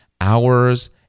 hours